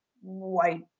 white